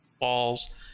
walls